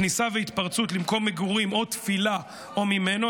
כניסה והתפרצות למקום מגורים או תפילה או ממנו,